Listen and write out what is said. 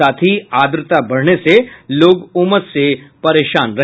साथ ही आर्द्रता बढ़ने से लोग उमस से परेशान हैं